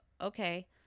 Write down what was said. Okay